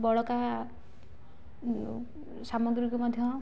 ବଳକା ସାମଗ୍ରୀକୁ ମଧ୍ୟ